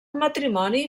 matrimoni